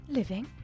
living